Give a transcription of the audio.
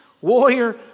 warrior